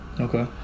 Okay